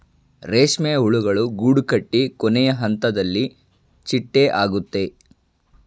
ರೇಷ್ಮೆ ಹುಳುಗಳು ಗೂಡುಕಟ್ಟಿ ಕೊನೆಹಂತದಲ್ಲಿ ಚಿಟ್ಟೆ ಆಗುತ್ತೆ